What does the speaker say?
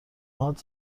هات